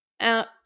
out